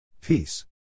Peace